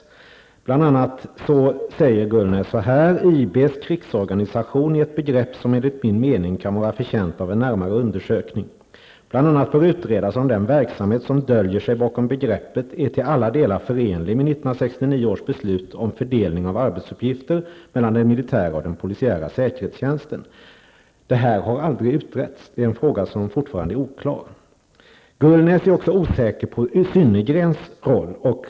Gullnäs säger bl.a. följande. IBs krigsorganisation är ett begrepp som enligt min mening kan vara förtjänt av en närmare undersökning. Bl.a. bör utredas om den verksamhet som döljer sig bakom begreppet är till alla delar förenligt med 1969 års beslut om fördelning av arbetsuppgifter mellan den militära och den polisiära säkerhetstjänsten. Det här har aldrig utretts. Det är en fråga som fortfarande är oklar. Gullnäs är också osäker på Synnergrens roll.